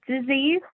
disease